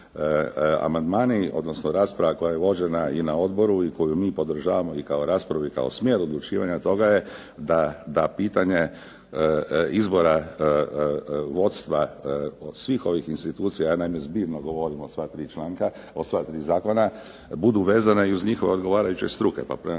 Amandmani, odnosno rasprava koja je vođena i na odboru i koju mi podržavamo i kao raspravu i kao smjer odlučivanja toga je da pitanje izbora vodstva od svih ovih institucija, ja naime zbirno govorim o sva tri članka, o sva tri zakona, budu vezana i uz njihove odgovarajuće struke.